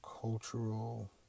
cultural